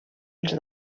els